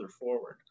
forward